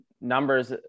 numbers